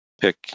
pick